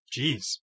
Jeez